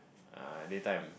uh day time